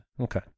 Okay